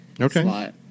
Okay